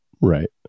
right